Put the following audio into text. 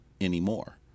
anymore